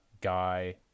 Guy